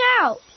out